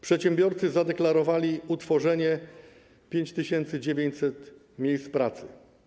Przedsiębiorcy zadeklarowali utworzenie 5900 miejsc pracy.